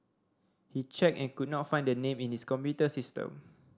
he checked and could not find the name in his computer system